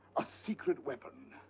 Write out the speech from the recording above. a secret weapon!